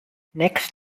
next